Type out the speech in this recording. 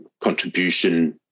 contribution